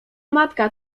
matka